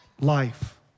life